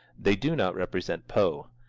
they do not represent poe.